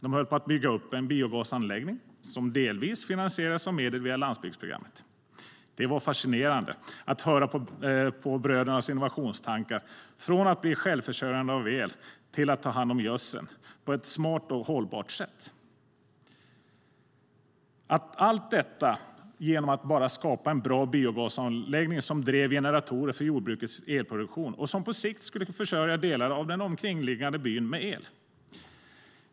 De höll på att bygga upp en biogasanläggning som delvis finansieras av medel via landsbygdsprogrammet. Det var fascinerande att höra på brödernas innovationstankar från att bli självförsörjande av el till att ta hand om gödsel på ett smart och hållbart sätt, och allt detta bara genom att skapa en bra biogasanläggning som driver generatorer för jordbrukets elproduktion och som på sikt skulle försörja delar av den omkringliggande byn med el.